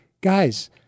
guys